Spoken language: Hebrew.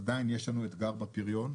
עדיין יש לנו אתגר בפריון,